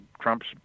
Trump's